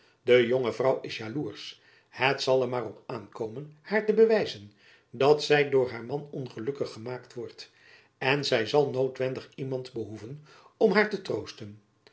de jonge vrouw is jaloersch het zal er maar op aankomen haar te bewijzen dat zy door haar man ongelukkig gemaakt wordt en zy zal noodwendig iemand behoeven om haar te troosten